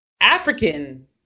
african